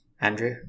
Andrew